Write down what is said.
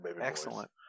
excellent